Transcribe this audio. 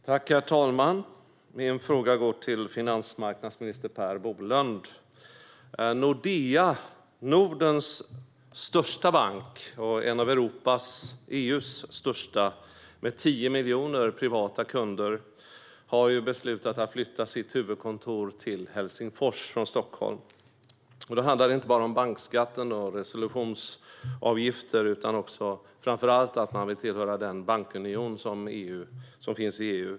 Herr talman! Min fråga går till finansmarknadsminister Per Bolund. Nordea, Nordens största bank och en av EU:s största banker med 10 miljoner privatkunder, har beslutat att flytta sitt huvudkontor till Helsingfors från Stockholm. Det handlar inte bara om bankskatten och resolutionsavgifter utan framför allt om att man vill tillhöra den bankunion som finns i EU.